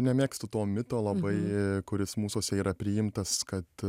nemėgstu to mito labai kuris mūsuose yra priimtas kad